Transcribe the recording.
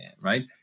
right